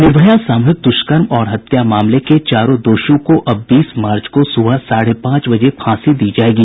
निर्भया सामूहिक द्रष्कर्म और हत्या मामले के चारों दोषियों को अब बीस मार्च को सुबह साढ़े पांच बजे फांसी दी जायेगी